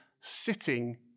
sitting